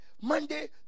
Monday